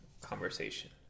conversation